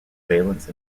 valence